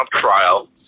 trial